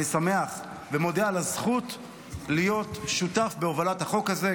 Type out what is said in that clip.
אני שמח ומודה על הזכות להיות שותף בהובלת החוק הזה,